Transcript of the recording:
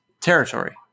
territory